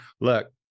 Look